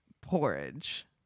porridge